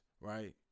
right